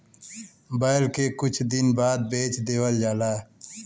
बैल के कुछ दिन बाद बेच देवल जाला